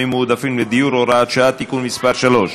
מועדפים לדיור (הוראת שעה) (תיקון מס' 3),